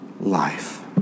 life